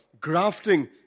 grafting